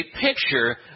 picture